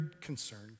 concerned